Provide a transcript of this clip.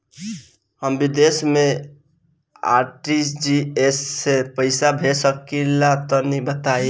हम विदेस मे आर.टी.जी.एस से पईसा भेज सकिला तनि बताई?